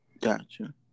Gotcha